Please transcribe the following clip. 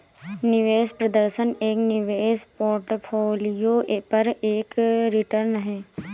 निवेश प्रदर्शन एक निवेश पोर्टफोलियो पर एक रिटर्न है